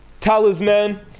talisman